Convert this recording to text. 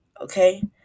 okay